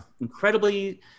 incredibly